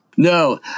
No